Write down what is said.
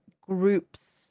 groups